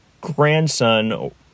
grandson